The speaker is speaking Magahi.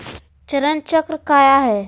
चरण चक्र काया है?